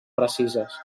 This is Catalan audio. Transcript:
precises